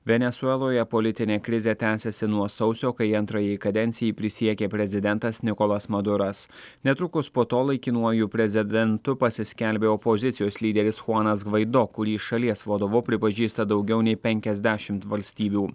venesueloje politinė krizė tęsiasi nuo sausio kai antrajai kadencijai prisiekė prezidentas nikolas maduras netrukus po to laikinuoju prezidentu pasiskelbė opozicijos lyderis chuanas gvaido kurį šalies vadovu pripažįsta daugiau nei penkiasdešimt valstybių